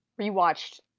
rewatched